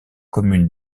communes